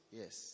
yes